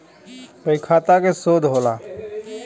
बहीखाता के शोध होला